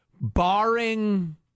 Barring